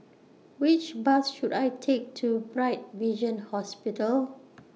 Which Bus should I Take to Bright Vision Hospital